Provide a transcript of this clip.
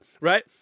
right